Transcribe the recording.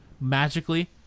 magically